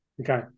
Okay